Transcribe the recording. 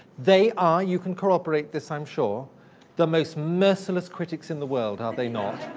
they are you can corroborate this, i'm sure the most merciless critics in the world, are they not?